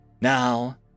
Now